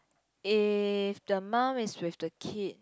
if the mum is with the kid